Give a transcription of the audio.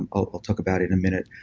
and ah i'll talk about it in a minute,